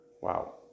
Wow